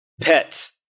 Pets